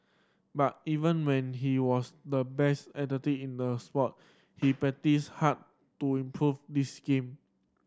but even when he was the best in the sport he practised hard to improve this game